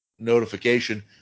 notification